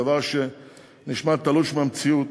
דבר שנשמע תלוש מהמציאות,